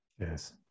Yes